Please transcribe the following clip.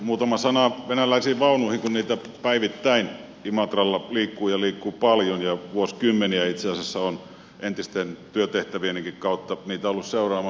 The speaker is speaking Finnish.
muutama sana venäläisiin vaunuihin liittyen kun niitä päivittäin imatralla liikkuu ja liikkuu paljon ja vuosikymmeniä itse asiassa olen entisten työtehtävienikin kautta niitä ollut seuraamassa ja lastaamassa